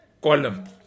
column